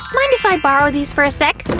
mind if i borrow these for a sec?